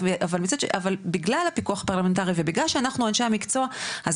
אבל בגלל הפיקוח הפרלמנטרי ובגלל שאנחנו אנשי המקצוע אז